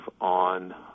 on